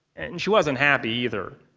and she wasn't happy, either.